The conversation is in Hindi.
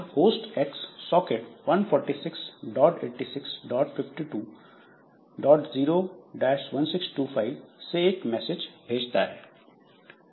यह होस्ट X सॉकेट 146865201625 से एक मैसेज भेजता है